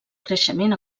creixement